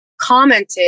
commented